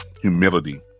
humility